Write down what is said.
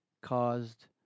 caused